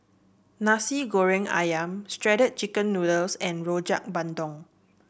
Nasi Goreng ayam Shredded Chicken Noodles and Rojak Bandung